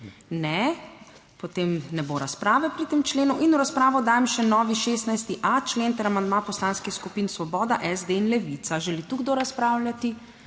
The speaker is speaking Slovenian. (Ne.) Potem ne bo razprave pri tem členu. In v razpravo dajem še novi 16.a člen ter amandma Poslanskih skupin Svoboda, SD in Levica. Želi kdo razpravljati?